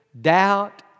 doubt